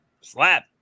Slap